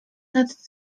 nad